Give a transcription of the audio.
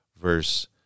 Verse